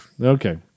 Okay